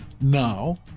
Now